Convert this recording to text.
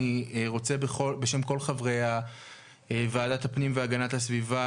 אני רוצה בשם כל חברי ועדת הפנים והגנת הסביבה